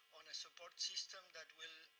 on a support system that will